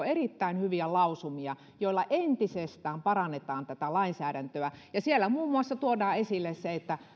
erittäin hyviä lausumia joilla entisestään parannetaan tätä lainsäädäntöä siellä muun muassa tuodaan esille se